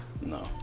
no